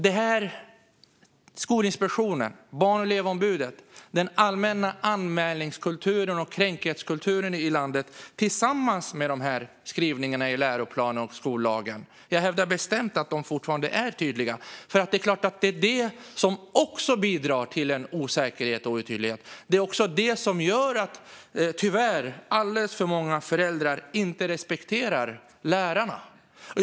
Det handlar om Skolinspektionen, Barn och elevombudet, den allmänna anmälningskulturen och kränkthetskulturen i landet tillsammans med dessa skrivningar i läroplanen och skollagen. Jag hävdar bestämt att de fortfarande är otydliga. Det är klart att det bidrar till osäkerhet och otydlighet. Det är det som gör att alldeles för många föräldrar tyvärr inte respekterar lärarna.